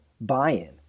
buy-in